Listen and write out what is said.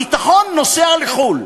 הביטחון נוסע לחו"ל.